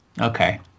Okay